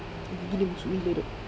gigi dia busuk gila dok